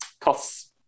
costs